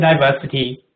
diversity